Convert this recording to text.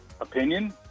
Opinion